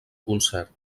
concert